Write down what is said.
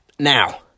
Now